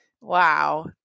Wow